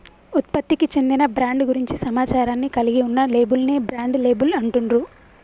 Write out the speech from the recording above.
ఉత్పత్తికి చెందిన బ్రాండ్ గురించి సమాచారాన్ని కలిగి ఉన్న లేబుల్ ని బ్రాండ్ లేబుల్ అంటుండ్రు